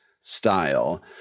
Style